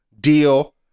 deal